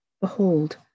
Behold